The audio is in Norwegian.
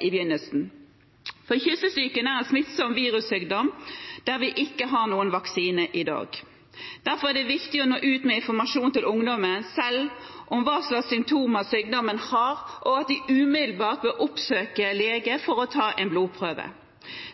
i begynnelsen. Kyssesyken er en smittsom virussykdom som vi ikke har noen vaksine mot i dag. Derfor er det viktig å nå ut med informasjon til ungdommen selv om hva slags symptomer sykdommen har, og at de umiddelbart bør oppsøke lege for å ta en blodprøve.